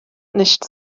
nicht